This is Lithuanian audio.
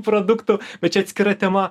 produktų bet čia atskira tema